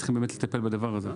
צריכים באמת לטפל בדבר הזה.